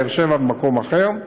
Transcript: באר-שבע במקום אחר.